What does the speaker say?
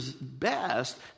best